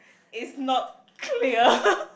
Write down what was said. is not clear